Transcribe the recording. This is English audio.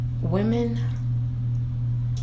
women